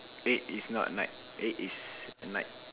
eh is not night eh is night